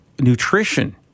nutrition